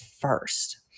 first